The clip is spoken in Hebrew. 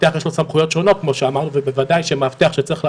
בבקשה משרד המשפטים.